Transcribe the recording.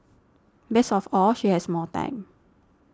best of all she has more time